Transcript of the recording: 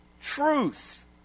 truth